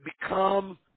become